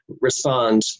respond